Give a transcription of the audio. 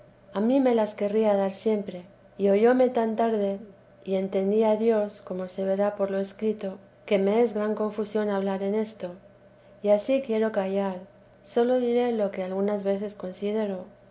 a mí me las querría dar siempre y oyóme tan tarde y entendí a dios como se verá por lo escrito que me es gran confusión hablar en esto y ansí quiero callar sólo diré lo que algunas veces considero